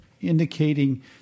indicating